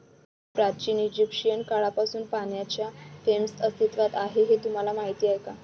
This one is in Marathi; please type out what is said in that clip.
प्राचीन इजिप्शियन काळापासून पाण्याच्या फ्रेम्स अस्तित्वात आहेत हे तुम्हाला माहीत आहे का?